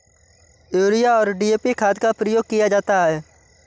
urea और DAP खाद का प्रयोग किया जाता है